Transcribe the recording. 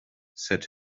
said